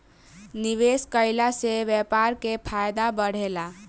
निवेश कईला से व्यापार के फायदा बढ़ेला